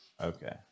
Okay